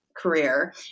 Career